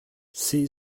sea